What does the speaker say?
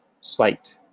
slight